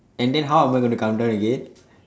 and then how am I going to come down again